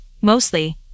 mostly